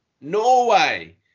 Norway